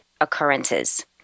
occurrences